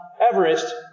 Everest